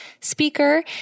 speaker